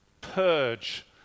purge